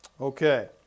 Okay